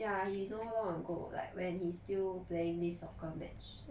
ya he know long ago like when he still playing this soccer match